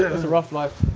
yeah was a rough life.